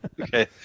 Okay